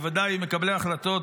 בוודאי מקבלי ההחלטות,